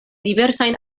diversajn